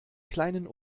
kleinen